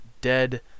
dead